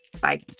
Bye